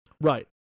Right